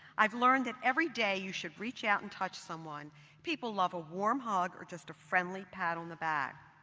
i've learned that every day you should reach out and touch someone people love a warm hug or just a friendly pat on the back.